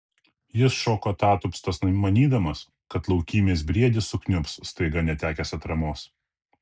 jis šoko atatupstas manydamas kad laukymės briedis sukniubs staiga netekęs atramos